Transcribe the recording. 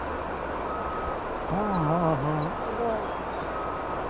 ᱦᱚᱸ ᱦᱚᱸ ᱦᱚᱸ ᱟᱫᱚ